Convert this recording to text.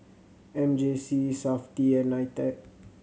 M J C Safti and NITEC